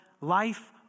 life